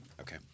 Okay